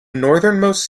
northernmost